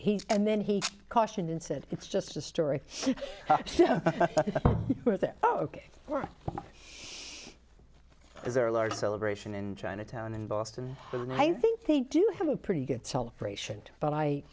he and then he cautioned and said it's just a story ok is there a large celebration in chinatown in boston and i think they do have a pretty good celebration but i